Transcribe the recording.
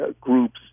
groups